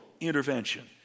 intervention